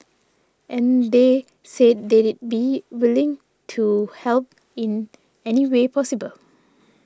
and they've said they'd be willing to help in any way possible